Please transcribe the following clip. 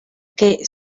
que